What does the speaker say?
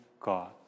God